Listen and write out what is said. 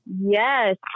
yes